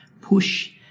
push